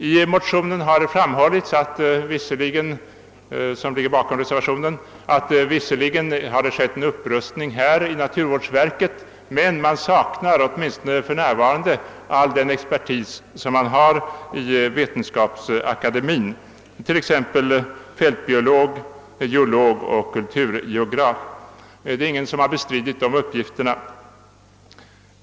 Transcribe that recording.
I den motion som ligger bakom reservationen 8 b har det framhållits att det visserligen skett en upprustning av naturvårdsverket men att man åtminstone för närvarande saknar all den expertis som Vetenskapsakademien har, t.ex. fältbiolog, geolog och kulturgeograf. Det är ingen som har bestridit dessa uppgifter.